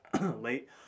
Late